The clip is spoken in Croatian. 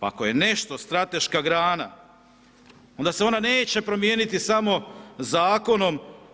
Ako je nešto strateška grana, onda se ona neće promijeniti samo zakonom.